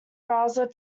browser